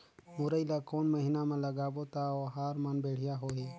मुरई ला कोन महीना मा लगाबो ता ओहार मान बेडिया होही?